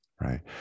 right